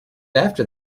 after